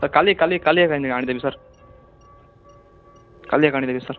sir କାଲି କାଲି କାଲି ଏକା ଆଣିଦେବେ ସାର୍ କାଲି ଏକା ଆଣିଦେବେ ସାର୍